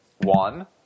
One